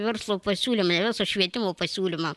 verslo pasiūlymą verslo švietimo pasiūlymą